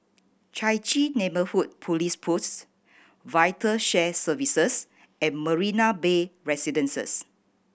Chai Chee Neighbourhood Police Post Vital Shared Services and Marina Bay Residences